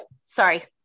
sorry